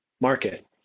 market